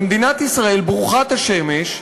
במדינת ישראל ברוכת השמש,